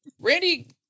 Randy